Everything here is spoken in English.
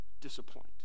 disappoint